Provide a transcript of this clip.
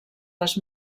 les